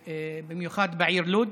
במיוחד בעיר לוד,